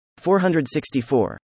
464